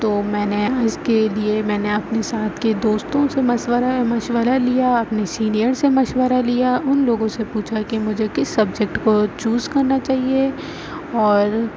تو میں نے اس کے لیے میں نے اپنے ساتھ کے دوستوں سے مشورہ مشورہ لیا اپنے سینئر سے مشورہ لیا ان لوگوں سے پوچھا کہ مجھے کس سبجیکٹ کو چوز کرنا چاہیے اور